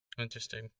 Interesting